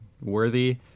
worthy